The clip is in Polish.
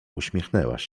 uśmiechnęłaś